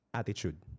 attitude